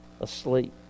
asleep